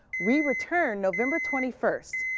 we return november twenty first.